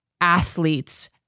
athletes